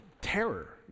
terror